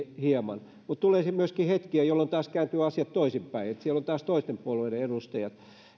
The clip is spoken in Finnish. hieman mutta tulee myöskin hetkiä jolloin taas kääntyvät asiat toisinpäin niin että siellä on taas toisten puolueiden edustajat